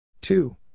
two